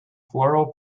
floral